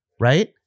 right